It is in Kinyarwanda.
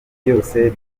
byose